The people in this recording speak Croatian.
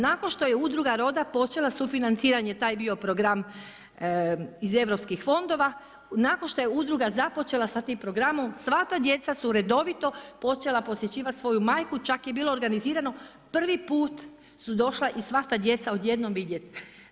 Nakon, što je udruga RODA počela sufinanciranje, taj bio program iz europskih fondova, nakon što je udruga započela sa tim programom sva ta djeca u redovito počela posjećivati svoju majku, čak je bilo organizirano, prvi put su došla i sva ta djeca odjednom vidjeti.